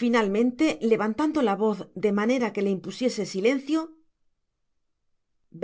finalmente levantando la voz de manera que le impusiese silencio